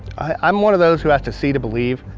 i'm one of those who has to see to believe